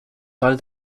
tal